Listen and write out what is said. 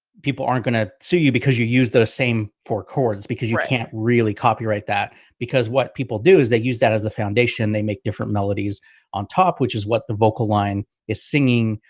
people aren't going to sue you because you use those same four chords because you can't really copyright that because what people do is they use that as the foundation they make different melodies on top, which is what the vocal line is singing.